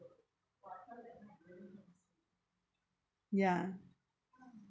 ya